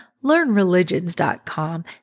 LearnReligions.com